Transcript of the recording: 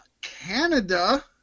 Canada